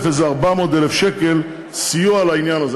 איזה 400,000 שקלים סיוע לעניין הזה?